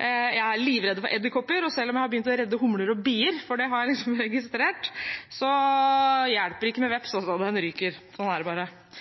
Jeg er livredd for edderkopper, og selv om jeg har begynt å redde humler og bier – for det har jeg registrert – hjelper det ikke for vepsen, altså. Den ryker, og sånn er det